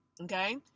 okay